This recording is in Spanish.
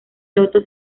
loto